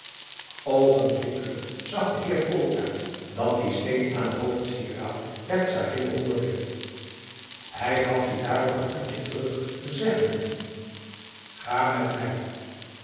zag de heer koolaart dat die steen aan het hoofdsieraad der czarin behoorde hij gaf dien daarop aan antje terug zeggende ga met mij